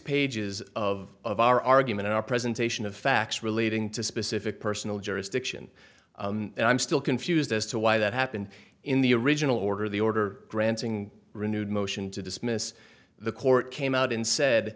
pages of of our argument in our presentation of facts relating to specific personal jurisdiction and i'm still confused as to why that happened in the original order the order granting renewed motion to dismiss the court came out and said